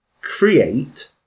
create